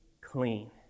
clean